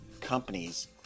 companies